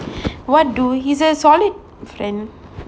what do he's a solid friend